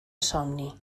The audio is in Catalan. somni